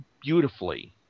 beautifully